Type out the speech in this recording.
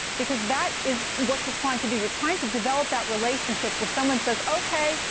because that is what you're trying to do. you're trying to develop that relationship where someone says, ok.